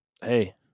hey